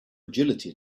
agility